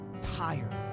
tired